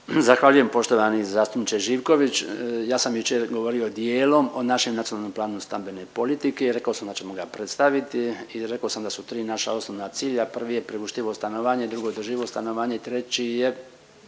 Zahvaljujem poštovani zastupniče Živković. Ja sam jučer govorio dijelom o našem Nacionalnom planu stambene politike, rekao sam da ćemo ga predstaviti i rekao sam da su tri naša osnovna cilja, prvi je priuštivo stanovanje, drugo održivo stanovanje i treći je